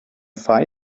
fight